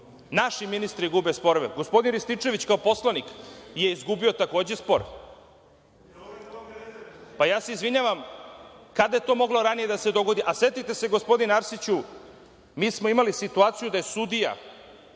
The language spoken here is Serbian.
Naši ministri gube sporove. Gospodin Rističević kao poslanik je izgubio takođe spor. Izvinjavam se, kada je to moglo ranije da se dogodi? Setite se, gospodine Arsiću, mi smo imali situaciju da je sudija